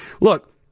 look